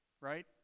right